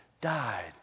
died